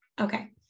okay